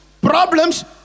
problems